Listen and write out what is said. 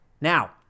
Now